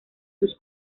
sus